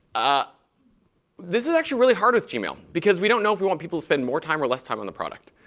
ah this is actually really hard with gmail. because we don't know if we want people to spend more time or less time on the product.